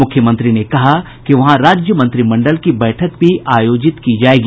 मुख्यमंत्री ने कहा कि वहां राज्य मंत्रिमंडल की बैठक भी आयोजित की जायेगी